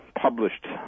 published